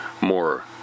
more